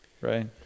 right